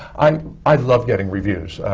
um i love getting reviews.